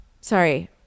sorry